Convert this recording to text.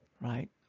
right